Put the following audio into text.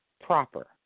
proper